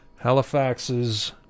Halifax's